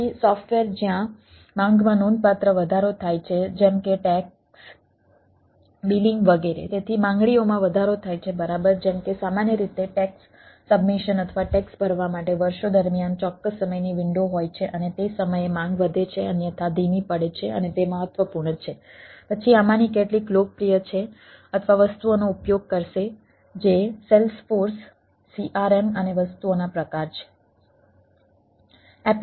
તેથી સોફ્ટવેર જ્યાં માંગમાં નોંધપાત્ર વધારો થાય છે જેમ કે ટેક્સ CRM અને વસ્તુઓના પ્રકાર છે